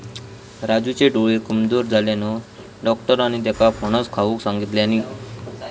राजूचे डोळे कमजोर झाल्यानं, डाक्टरांनी त्येका फणस खाऊक सांगितल्यानी